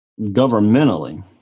governmentally